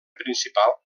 principal